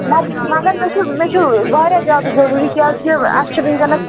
ما مگر مےٚ چھُ مےٚ چھُ واریاہ زیادٕ ضروٗری کیٛاز کہِ اَسہِ چھُ وٕنکیٚنَس